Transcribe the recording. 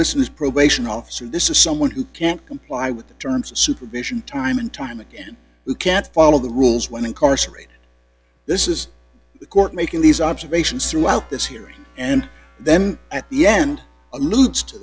probation probation officer this is someone who can't comply with the terms of supervision time and time again who can't follow the rules when incarcerated this is the court making these observations throughout this hearing and then at the end alludes to